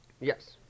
Yes